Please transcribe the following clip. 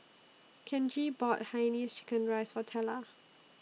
Kenji bought Hainanese Chicken Rice For Tella